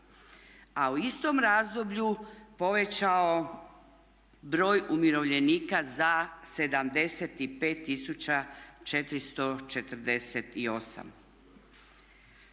A u istom razdoblju povećao broj umirovljenika za 75 448.